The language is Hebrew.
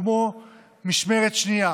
כמו משמרת שנייה,